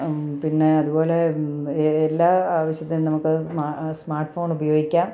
പിന്നെ അതുപോലെ എല്ലാ ആവശ്യത്തിന് നമുക്ക് സ്മ് സ്മാർട്ട്ഫോൺ ഉപയോഗിക്കാം